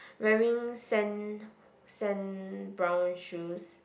wearing sand sand brown shoes